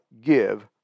give